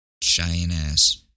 giant-ass